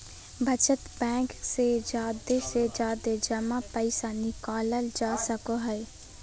बचत बैंक से जादे से जादे जमा पैसा निकालल जा सको हय